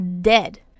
dead